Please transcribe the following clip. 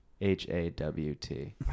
H-A-W-T